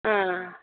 ಹಾಂ